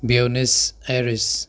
buenos aires